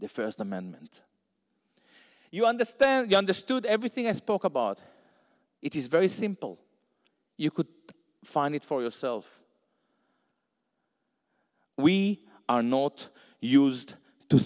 the first amendment you understand understood everything i spoke about it is very simple you could find it for yourself we are not used to